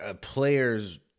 player's